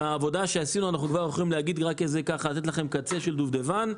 מהעבודה שעשינו אנחנו כבר יכולים לתת לכם קצה של דובדבן,